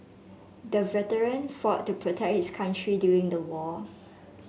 the veteran fought to protect his country during the war